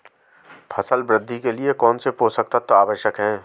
फसल वृद्धि के लिए कौनसे पोषक तत्व आवश्यक हैं?